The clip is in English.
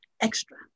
extra